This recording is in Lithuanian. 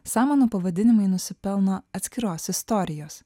samanų pavadinimai nusipelno atskiros istorijos